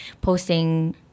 posting